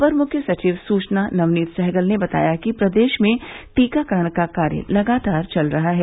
अपर मुख्य सचिव सुचना नवनीत सहगल ने बताया कि प्रदेश में टीकाकरण का कार्य लगातार चल रहा है